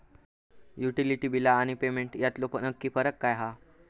Utility बिला आणि payment यातलो नक्की फरक काय हा?